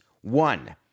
One